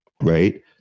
Right